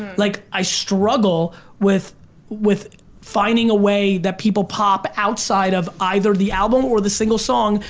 like i struggle with with finding a way that people pop outside of either the album or the single song.